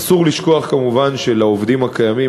אסור לשכוח כמובן שלעובדים הקיימים,